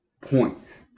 points